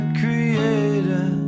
creator